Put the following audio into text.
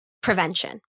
prevention